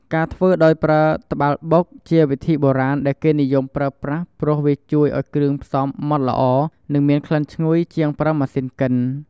ការធ្វើដោយប្រើត្បាល់បុក ជាវិធីបុរាណដែលគេនិយមប្រើប្រាស់ព្រោះវាជួយឱ្យគ្រឿងផ្សំម៉ដ្តល្អ និងមានក្លិនឈ្ងុយជាងប្រើម៉ាសុីនកិន។